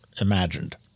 imagined